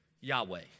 Yahweh